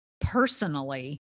personally